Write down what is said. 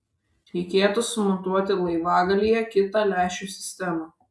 reikėtų sumontuoti laivagalyje kitą lęšių sistemą